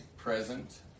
present